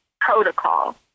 protocol